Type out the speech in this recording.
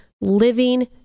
living